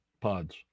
pods